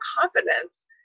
confidence